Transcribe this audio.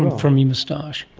from your moustache?